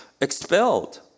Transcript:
expelled